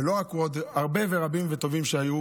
ולא רק הוא, עוד הרבה, רבים וטובים שהיו